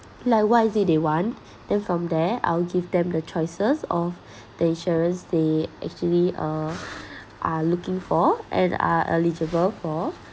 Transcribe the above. like what is it they want then from there I'll give them the choices of the insurance they actually uh are looking for and are eligible for